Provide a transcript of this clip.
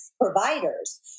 providers